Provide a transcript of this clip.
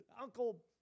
Uncle